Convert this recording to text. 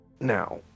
Now